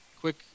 quick